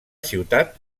ciutat